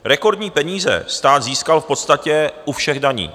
Rekordní peníze stát získal v podstatě u všech daní.